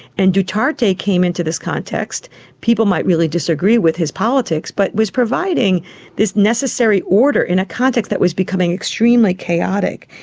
and duterte came into this context, and people might really disagree with his politics, but was providing this necessary order in a context that was becoming extremely chaotic.